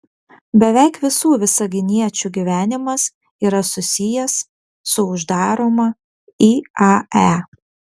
beveik visų visaginiečių gyvenimas yra susijęs su uždaroma iae